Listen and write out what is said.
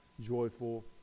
joyful